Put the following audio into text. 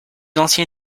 ancien